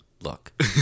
look